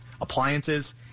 appliances